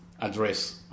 address